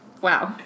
Wow